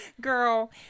Girl